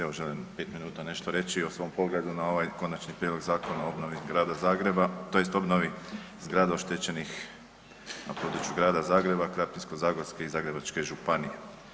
Evo želim 5 minuta nešto reći o svom pogledu na ovaj konačni prijedlog Zakona o obnovi Grada Zagreba tj. obnovi zgrada oštećenih na području Grada Zagreba, Krapinsko-zagorske i Zagrebačke županije.